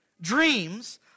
dreams